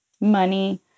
money